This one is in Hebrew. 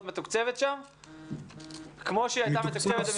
מתוקצבת כמו שהיא הייתה מתוקצבת במשרד החינוך?